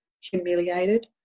humiliated